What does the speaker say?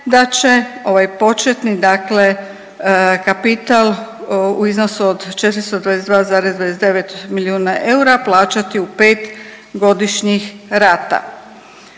da će ovaj početni kapital u iznosu od 422,29 milijuna eura plaćati u pet godišnjih rata.